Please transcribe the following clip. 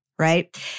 Right